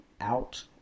out